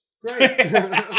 Great